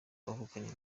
twavuganye